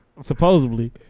Supposedly